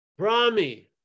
Brahmi